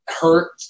hurt